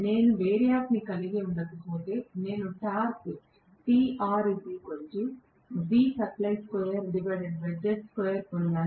నేను వేరియాక్ కలిగి ఉండకపోతే నేను టార్క్ పొందాను